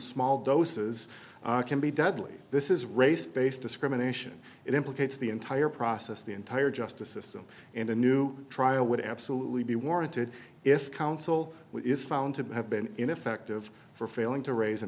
small doses can be deadly this is race based discrimination it implicates the entire process the entire justice system and a new trial would absolutely be warranted if counsel is found to have been ineffective for failing to raise a